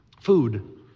Food